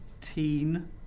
Teen